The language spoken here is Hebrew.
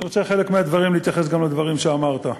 אני רוצה בחלק מהדברים להתייחס לדברים שאמרת.